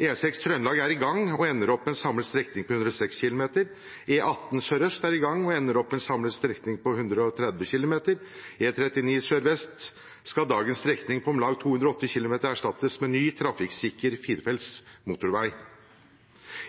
E6 Trøndelag er i gang og ender opp med en samlet strekning på 106 km. E18 sørøst er i gang og ender opp med en samlet strekning på 130 km. På E39 sørvest skal dagens strekning på om lag 208 km erstattes av ny trafikksikker firefelts motorvei.